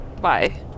bye